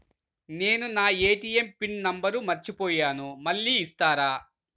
నేను నా ATM PIN number మర్చిపోయాను మళ్ళీ ఇస్తారా?